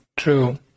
True